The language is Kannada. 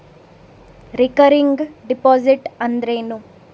ರಿಕರಿಂಗ್ ಡಿಪಾಸಿಟ್ ಅಂದರೇನು?